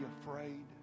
afraid